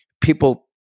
people